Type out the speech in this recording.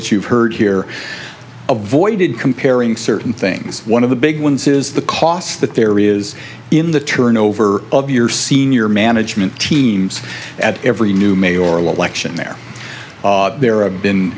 that you've heard here avoided comparing certain things one of the big ones is the cost that there is in the turnover of your senior management teams at every new may or election there there are a been